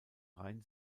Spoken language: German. rhein